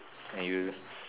and you